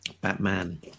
batman